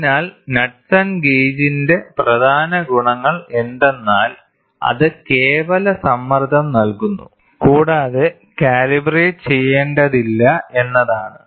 അതിനാൽ ക്നുഡ്സെൻ ഗേജിന്റെ പ്രധാന ഗുണങ്ങൾ എന്തെന്നാൽ അത് കേവല സമ്മർദ്ദം നൽകുന്നു കൂടാതെ കാലിബ്രേറ്റ് ചെയ്യേണ്ടതില്ല എന്നതാണ്